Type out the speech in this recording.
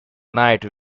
night